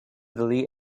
delete